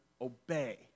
obey